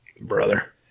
Brother